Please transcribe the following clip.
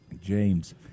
James